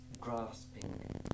grasping